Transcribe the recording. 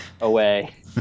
away